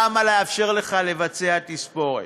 למה לאפשר לך לבצע תספורת?